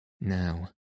Now